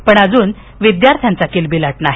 पण अजून विद्यार्थ्यांचा किलबिलाट नाही